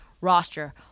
roster